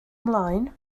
ymlaen